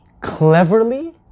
cleverly